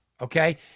Okay